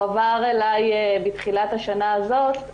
בתחילת השנה הזאת,